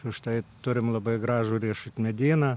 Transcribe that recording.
ir štai turim labai gražų riešutmedyną